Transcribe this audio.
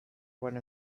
one